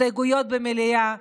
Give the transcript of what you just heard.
להסתייגויות במליאה.